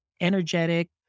energetic